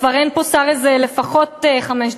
וכבר אין פה שר לפחות חמש דקות.